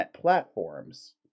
platforms